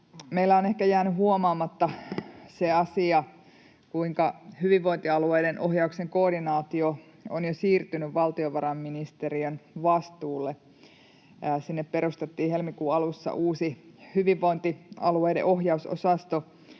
meillä on ehkä jäänyt huomaamatta se asia, kuinka hyvinvointialueiden ohjauksen koordinaatio on jo siirtynyt valtiovarainministeriön vastuulle. Sinne perustettiin helmikuun alussa uusi hyvinvointialueiden ohjausosasto,